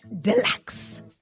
Deluxe